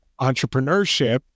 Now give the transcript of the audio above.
entrepreneurship